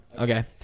Okay